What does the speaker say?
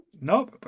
No